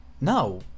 No